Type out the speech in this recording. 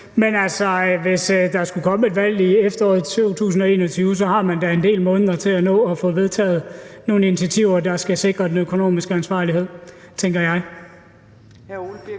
Men hvis der skulle komme et valg i efteråret 2021, så har man da en del måneder til at nå at få vedtaget nogle initiativer, der skal sikre den økonomiske ansvarlighed, tænker jeg.